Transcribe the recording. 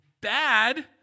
bad